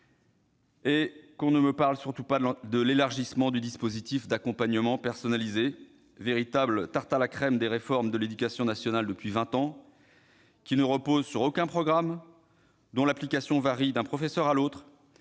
que l'on ne me parle surtout pas de l'élargissement du dispositif d'accompagnement personnalisé, véritable « tarte à la crème » des réformes de l'éducation nationale depuis vingt ans, qui ne repose sur aucun programme, dont l'application varie d'un professeur à l'autre,